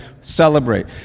celebrate